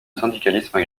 syndicalisme